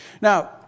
Now